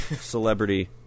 Celebrity